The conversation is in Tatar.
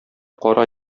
кара